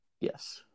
Yes